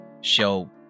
show